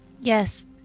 Yes